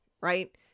Right